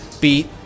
beat